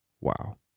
wow